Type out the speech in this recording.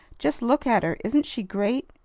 just look at her. isn't she great?